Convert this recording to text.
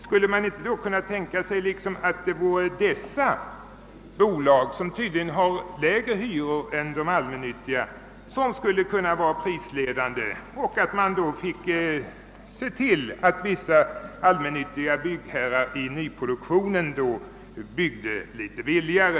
Skulle man då inte kunna tänka sig att dessa nu berörda bolag, som tydligen tillämpar lägre hyror än de allmännyttiga, blir prisledande och att man såg till att vissa byggherrar inom de allmännyttiga bolagen byggde litet billigare?